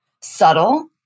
subtle